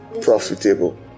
profitable